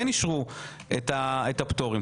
כן אישרו את הפטורים,